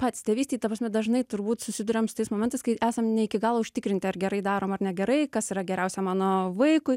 patys tėvystėj ta prasme dažnai turbūt susiduriam su tais momentais kai esam ne iki galo užtikrinti ar gerai darom ar negerai kas yra geriausia mano vaikui